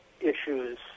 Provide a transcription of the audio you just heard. issues